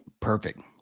Perfect